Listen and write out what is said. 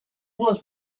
was